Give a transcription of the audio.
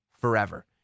forever